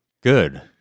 Good